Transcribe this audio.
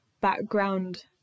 background